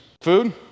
food